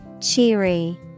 Cheery